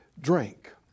drink